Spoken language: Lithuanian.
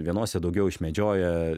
vienose daugiau išmedžioja